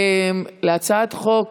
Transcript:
להצעת חוק